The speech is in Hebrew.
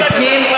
פנים?